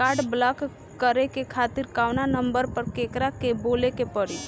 Card block करे खातिर कवना नंबर पर केकरा के बोले के परी?